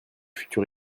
futur